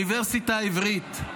אם פרופסור באוניברסיטה העברית,